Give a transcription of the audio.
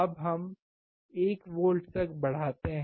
अब हमें 1 वोल्ट तक बढ़ाते हैं